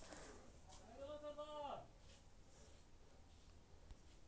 पौधों के कोमल तना, फूल और फल के रस को चूसने वाले की जैसिड इत्यादि कीट होवअ हई